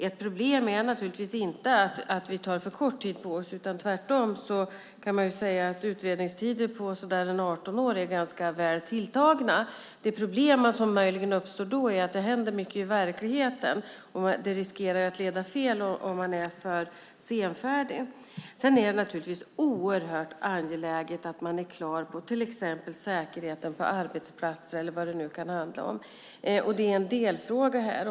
Ett problem är naturligtvis inte att vi tar för kort tid på oss, utan tvärtom kan man säga att utredningstider på så där 18 år är ganska väl tilltagna. Det problem som möjligen då uppstår är att det händer mycket i verkligheten, och det riskerar att leda fel om man är för senfärdig. Sedan är det naturligtvis oerhört angeläget att man är klar med till exempel säkerheten på arbetsplatser eller vad det nu kan handla om. Det är en delfråga här.